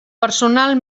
personal